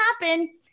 happen